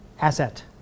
asset